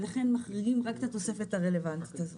ולכן מחריגים רק את התוספת הרלוונטית הזאת.